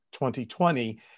2020